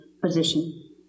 position